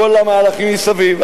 כל המהלכים מסביב,